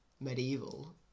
medieval